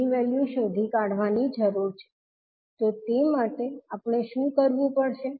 ની વેલ્યુ શોધી કાઢવાની જરૂર છે તો તે માટે આપણે શું કરવુ પડશે